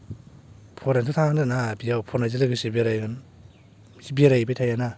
फरायनोथ' थांनो होनदों ना बेयाव फरायनायजों लोगोसे बेरायगोन बेरायहैबाय थाया ना